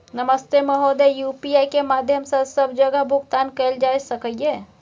नमस्ते महोदय, यु.पी.आई के माध्यम सं सब जगह भुगतान कैल जाए सकल ये?